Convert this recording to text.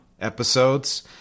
episodes